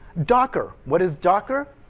docker, what is docker,